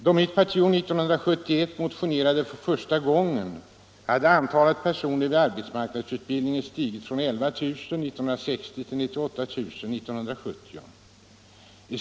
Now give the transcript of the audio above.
Då mitt parti år 1971 motionerade för första gången hade antalet personer vid arbetsmarknadsutbildning stigit från 11 000 personer år 1960 till 98 000 år 1970.